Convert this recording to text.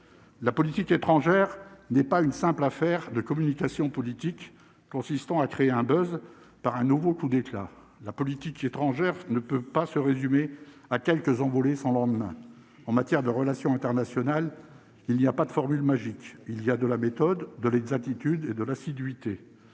la politique étrangère n'est pas une simple affaire de communication politique consistant à créer un besoin par un nouveau coup d'éclat : la politique étrangère ne peut pas se résumer. à quelques envolées sans lendemain en matière de relations internationales, il n'y a pas de formule magique, il y a de la méthode de l'exactitude et de l'assiduité,